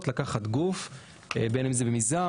נתחיל עם חבר הכנסת מופיד מרעי,